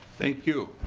thank you.